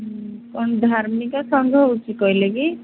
କ'ଣ ଧାର୍ମିକ ସଂଘ ହଉଚି କହିଲେ କି